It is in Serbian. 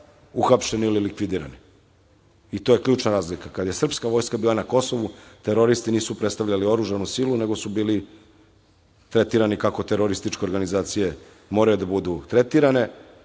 uhapšeni i likvidirani i to je ključna razlika. Kada je srpska vojska bila na Kosovu, teroristi nisu predstavljali oružanu silu, nego su bili tretirani kako terorističke organizacije moraju da budu tretirane.